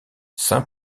saint